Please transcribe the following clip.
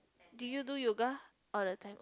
do you do yoga all the time